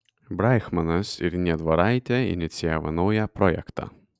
breichmanas ir niedvaraitė inicijavo naują projektą